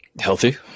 Healthy